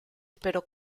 pero